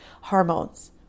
hormones